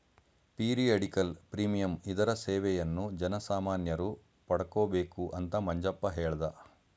periodical premium ಇದರ ಸೇವೆಯನ್ನು ಜನಸಾಮಾನ್ಯರು ಪಡಕೊಬೇಕು ಅಂತ ಮಂಜಪ್ಪ ಹೇಳ್ದ